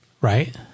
Right